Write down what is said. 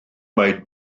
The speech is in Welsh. mai